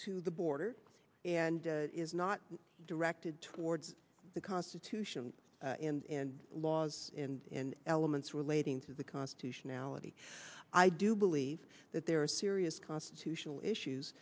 to the border and is not directed towards the constitution and laws in elements relating to the constitutionality i do believe that there are serious constitutional issues